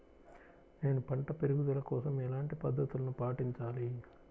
నేను పంట పెరుగుదల కోసం ఎలాంటి పద్దతులను పాటించాలి?